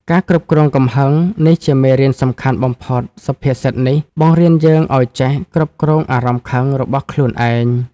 ការគ្រប់គ្រងកំហឹង នេះជាមេរៀនសំខាន់បំផុត សុភាសិតនេះបង្រៀនយើងឲ្យចេះ គ្រប់គ្រងអារម្មណ៍ខឹង របស់ខ្លួនឯង។